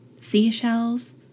seashells